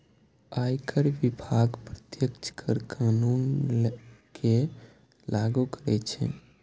आयकर विभाग प्रत्यक्ष कर कानून कें लागू करै छै